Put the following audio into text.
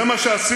זה מה שעשינו?